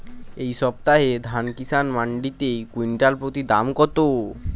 এই সপ্তাহে ধান কিষান মন্ডিতে কুইন্টাল প্রতি দাম কত?